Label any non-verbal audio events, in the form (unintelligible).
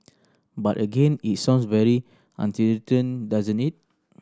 but again it sounds very (unintelligible) doesn't it